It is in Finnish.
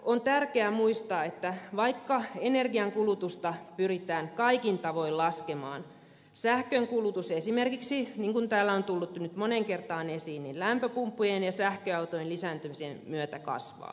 on tärkeää muistaa että vaikka energiankulutusta pyritään kaikin tavoin laskemaan sähkönkulutus esimerkiksi niin kuin täällä on tullut jo nyt moneen kertaan esiin lämpöpumppujen ja sähköautojen lisääntymisen myötä kasvaa